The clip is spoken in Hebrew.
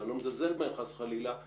ואני לא מזלזל בהם חס וחלילה,